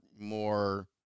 more